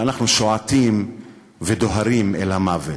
ואנחנו שועטים ודוהרים אל המוות?